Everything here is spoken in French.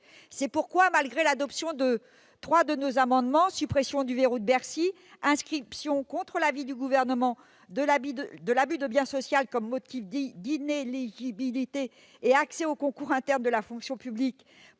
C'est pourquoi, malgré l'adoption de trois de nos amendements- suppression du verrou de Bercy, inscription, contre l'avis du Gouvernement, de l'abus de bien social comme motif d'inéligibilité, accès au concours interne de la fonction publique